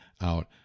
out